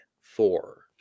four